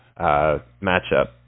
matchup